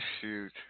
shoot